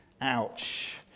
Ouch